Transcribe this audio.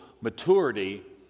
maturity